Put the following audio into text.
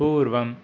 पूर्वम्